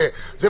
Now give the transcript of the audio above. ירושלים.